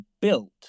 built